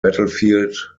battlefield